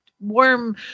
warm